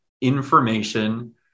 information